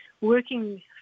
working